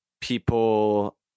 people